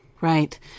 Right